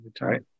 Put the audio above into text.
Right